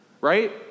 Right